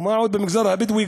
או מה עוד במגזר הבדואי?